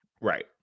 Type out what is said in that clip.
Right